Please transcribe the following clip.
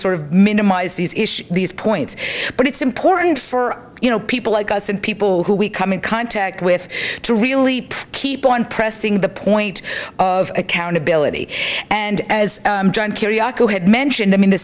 sort of minimize these issues these points but it's important for you know people like us and people who we come in contact with to really keep on pressing the point of accountability and as john kiriakou had mentioned them in the